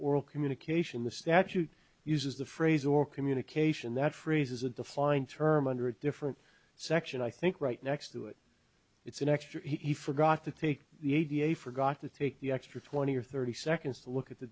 oral communication the statute uses the phrase or communication that freezes a defined term under a different section i think right next to it it's an extra he forgot to take the a da forgot to take the extra twenty or thirty seconds to look at the